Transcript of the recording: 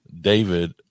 david